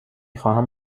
خواهم